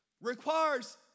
requires